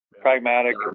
Pragmatic